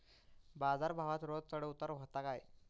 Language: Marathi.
बाजार भावात रोज चढउतार व्हता काय?